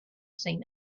seen